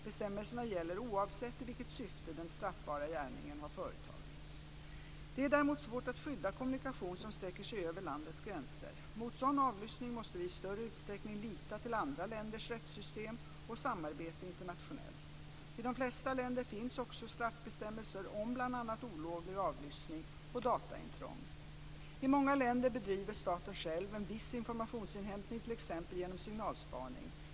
Bestämmelserna gäller oavsett i vilket syfte den straffbara gärningen har företagits. Det är däremot svårare att skydda kommunikation som sträcker sig över landets gränser. Mot sådan avlyssning måste vi i större utsträckning lita till andra länders rättssystem och samarbeta internationellt. I de flesta länder finns också straffbestämmelser om bl.a. I många länder bedriver staten själv en viss informationsinhämtning t.ex. genom signalspaning.